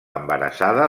embarassada